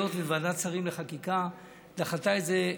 ועדת שרים לחקיקה דחתה את זה,